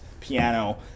piano